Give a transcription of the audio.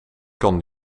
kan